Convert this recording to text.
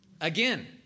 Again